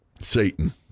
Satan